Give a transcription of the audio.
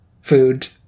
food